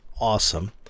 awesome